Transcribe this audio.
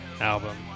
album